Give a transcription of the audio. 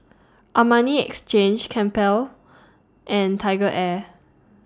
Armani Exchange Campbell's and TigerAir